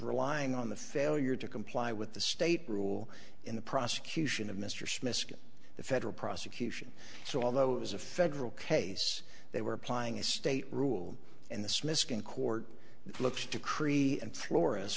relying on the failure to comply with the state rule in the prosecution of mr smith's the federal prosecution so although it was a federal case they were applying a state rule and the smithsonian court looks decree and florists